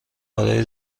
برای